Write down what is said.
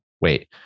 wait